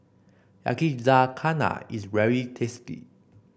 yakizakana is very tasty